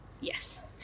Yes